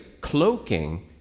cloaking